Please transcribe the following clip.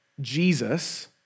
Jesus